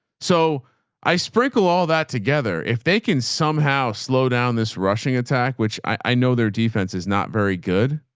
so i sprinkle all that together. if they can somehow slow down this rushing attack, which i know their defense is not very good.